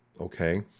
okay